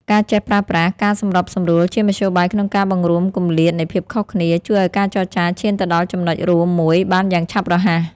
ការចេះប្រើប្រាស់ "ការសម្របសម្រួល" ជាមធ្យោបាយក្នុងការបង្រួមគម្លាតនៃភាពខុសគ្នា ជួយឱ្យការចរចាឈានទៅដល់ចំណុចរួមមួយបានយ៉ាងឆាប់រហ័ស។